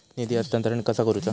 निधी हस्तांतरण कसा करुचा?